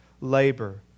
labor